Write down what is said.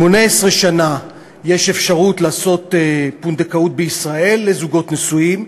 18 שנה יש אפשרות לעשות פונדקאות בישראל לזוגות נשואים.